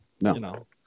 no